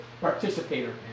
participator